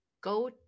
go